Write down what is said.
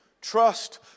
trust